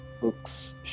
Books